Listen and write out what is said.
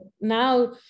now